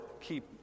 keep